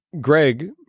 Greg